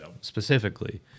specifically